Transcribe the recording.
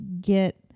get